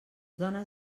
dones